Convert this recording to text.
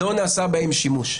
לא נעשה בהן שימוש.